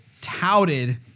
touted